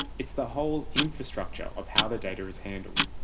it's the whole infrastructure of how the data is handled.